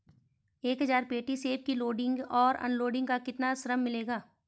एक हज़ार पेटी सेब की लोडिंग और अनलोडिंग का कितना श्रम मिलेगा?